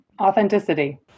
authenticity